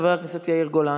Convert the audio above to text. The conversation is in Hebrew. חבר הכנסת יאיר גולן.